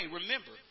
remember